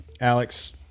Alex